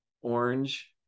orange